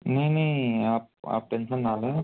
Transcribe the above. नहीं नी आप आप टेन्सन ना लें